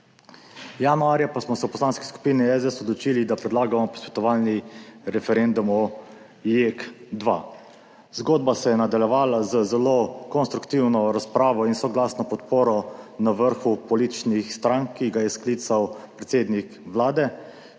Januarja pa smo se v Poslanski skupini SDS odločili, da predlagamo posvetovalni referendum o JEK2. Zgodba se je nadaljevala z zelo konstruktivno razpravo in soglasno podporo na vrhu političnih strank, ki ga je sklical predsednik Vlade,